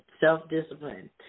self-discipline